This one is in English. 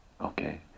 Okay